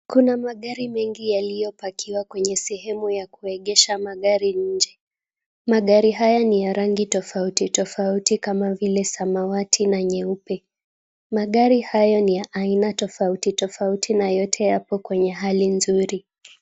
Kuna magari mengi yaliyopakiwa kwenye sehemu ya kuegesha magari nje. Magari haya ni ya rangi tofauti tofauti kama vile samawati na nyeupe. Magari haya ni ya aina tofauti tofauti na yote yako kwenye hali nzuri.